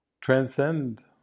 transcend